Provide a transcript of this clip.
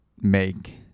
make